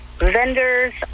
Vendors